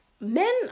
Men